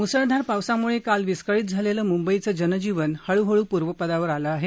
मुसळधार पावसामुळे काल विस्कळीत झालेलं मुंबईचं जनजीवन हळूहळू पूर्वपदावर आलं आहे